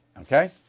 Okay